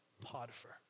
Potiphar